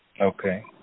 Okay